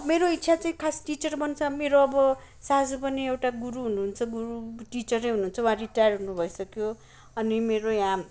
मेरो इच्छा चाहिँ खास टिचर बन्छ मेरो अब सासु पनि एउटा गुरु हुनुहुन्छ गुरु टिचरै हुनुहुन्छ उहाँ रिटायर हुनु भइसक्यो अनि मेरो यहाँ